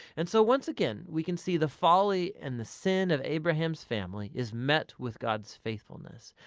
and so once again we can see the folly and the sin of abraham's family is met with god's faithfulness,